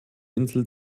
insel